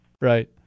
Right